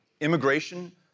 Immigration